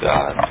God